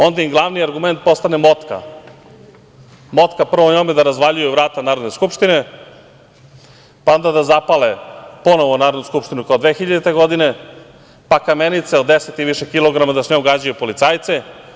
Onda im glavni argument postane motka, prvo njom da razvaljuju vrata Narodne skupštine, pa onda da zapale ponovo Narodnu skupštinu kao 2000. godine, pa kamenice od 10 i više kilograma, da sa njom gađaju policajce.